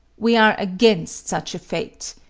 we are against such a fate.